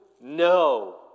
No